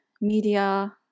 media